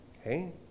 okay